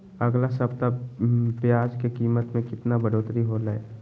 अगला सप्ताह प्याज के कीमत में कितना बढ़ोतरी होलाय?